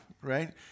right